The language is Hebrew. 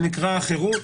שנקרא חירות,